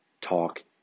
talk